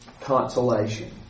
consolation